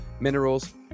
minerals